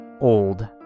old